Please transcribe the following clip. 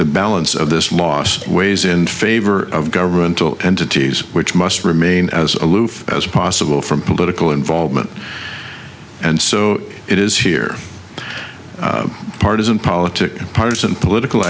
the balance of this mosque ways in favor of governmental entities which must remain as aloof as possible from political involvement and so it is here partisan politics partisan political